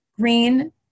green